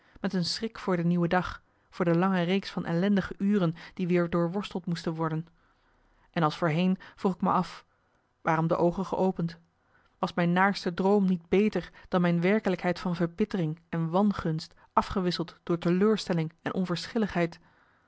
met een schrik voor de nieuwe dag voor de lange reeks van ellendige uren die weer doorworsteld moesten worden en als voorheen vroeg ik me af waarom de oogen geopend was mijn naarste droom niet beter dan mijn werkelijkheid van verbittering en wangunst afgewisseld door teleurstelling en onverschilligheid